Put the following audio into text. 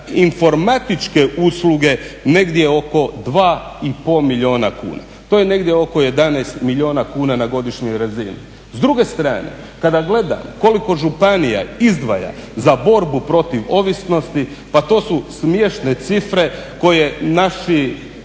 informatičke usluge negdje oko dva i pol milijuna kuna. To je negdje oko 11 milijuna kuna na godišnjoj razini. S druge strane kada gledamo koliko županija izdvaja za borbu protiv ovisnosti pa to su smiješne cifre koje naši